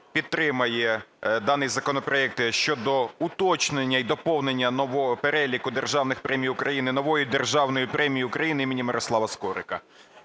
підтримує даний законопроект щодо уточнення і доповнення нового переліку державних премій України новою Державною премією України імені Мирослава Скорика.